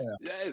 Yes